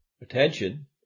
attention